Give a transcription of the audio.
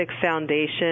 foundation